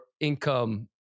income